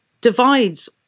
divides